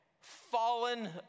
fallen